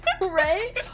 right